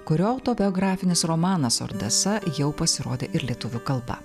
kurio autobiografinis romanas ordesa jau pasirodė ir lietuvių kalba